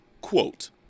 Quote